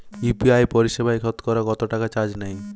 UPI পরিসেবায় সতকরা কতটাকা চার্জ নেয়?